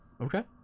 Okay